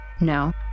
No